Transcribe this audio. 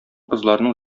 кызларның